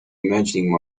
imagining